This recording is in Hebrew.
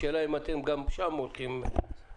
השאלה האם אתם גם שם הולכים לשנות?